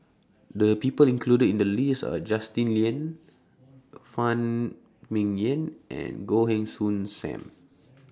The People included in The list Are Justin Lean Phan Ming Yen and Goh Heng Soon SAM